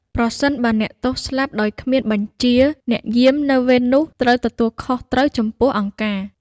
ប្រសិនបើអ្នកទោសស្លាប់ដោយគ្មានបញ្ជា អ្នកយាមនៅវេននោះត្រូវទទួលខុសត្រូវខ្ពស់ចំពោះអង្គការ។